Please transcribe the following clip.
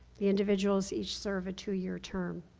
the individuals each serve a two-year term.